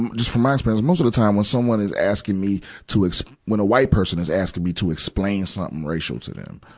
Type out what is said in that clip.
and just from my experience, most of the time, when someone is asking me to ex, when a white person is asking me to explain something racial to them,